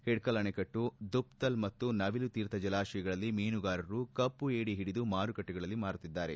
ಹಿಡ್ಕಲ್ ಅಣೆಕಟ್ಟು ದುಪ್ದಲ್ ಮತ್ತು ನವಿಲು ತೀರ್ಥ ಜಲಾಶಯಗಳಲ್ಲಿ ಮೀನುಗಾರರು ಕಪ್ಪುಏಡಿ ಹಿಡಿದು ಮಾರುಕಟ್ಟೆಗಳಲ್ಲಿ ಮಾರುತ್ತಿದ್ದಾರೆ